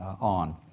on